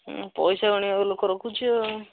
ହୁଁ ପଇସା ଗଣିବାକୁ ଲୋକ ରଖୁଛି ଆଉ